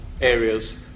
areas